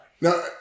Now